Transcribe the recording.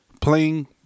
playing